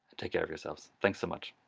take care of yourselves, thanks so much,